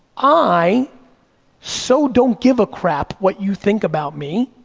i so don't give a crap what you think about me,